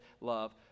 love